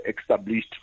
established